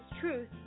truth